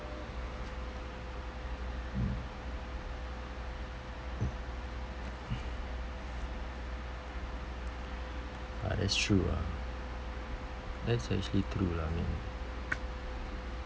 uh that's true ah that's actually true lah min